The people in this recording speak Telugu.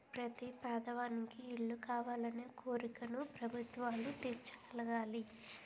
ప్రతి పేదవానికి ఇల్లు కావాలనే కోరికను ప్రభుత్వాలు తీర్చగలగాలి